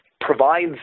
provides